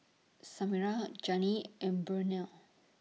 Samira Jannie and Burnell